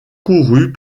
courut